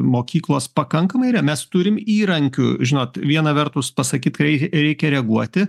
mokyklos pakankamai yra mes turim įrankių žinot viena vertus pasakyt kai reikia reaguoti